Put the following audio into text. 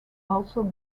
also